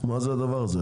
מה זה הדבר הזה?